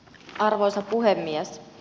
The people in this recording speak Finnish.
arvoisa puhemies